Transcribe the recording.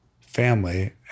family